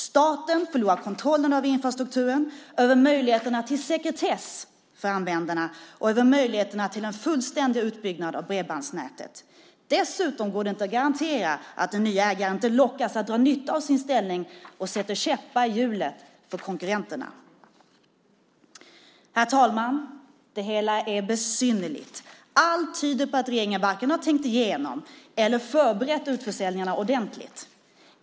Staten förlorar kontrollen över infrastrukturen, över möjligheterna till sekretess för användarna och över möjligheterna till en fullständig utbyggnad av bredbandsnätet. Dessutom går det inte att garantera att den nya ägaren inte lockas att dra nytta av sin ställning och sätter käppar i hjulet för konkurrenterna. Herr talman! Det hela är besynnerligt. Allt tyder på att regeringen varken har tänkt igenom eller förberett utförsäljningarna ordentligt.